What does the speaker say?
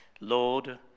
Lord